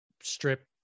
strip